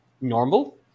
normal